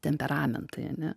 temperamentai ane